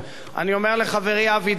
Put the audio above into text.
אני אומר לחברי אבי דיכטר: